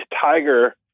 Tiger